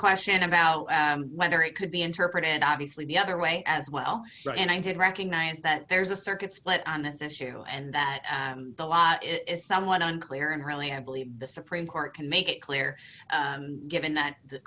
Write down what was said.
question about whether it could be interpreted obviously the other way as well and i did recognize that there's a circuit split on this issue and that the law is somewhat unclear and really i believe the supreme court can make it clear given that the